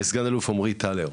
סגן אלוף עמרי טלר,